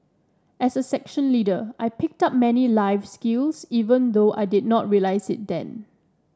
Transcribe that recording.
as a section leader I picked up many life skills even though I did not realise it then